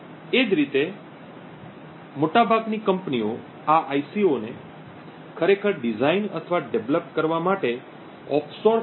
એ જ રીતે મોટાભાગની કંપનીઓ આ IC ઓને ખરેખર ડિઝાઇન અને ડેવલપ કરવા માટે ઓફશોર ફેબ્રિકેશન યુનિટનો ઉપયોગ કરે છે